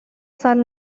سال